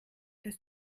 dass